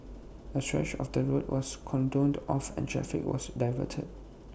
A stretch of the road was cordoned off and traffic was diverted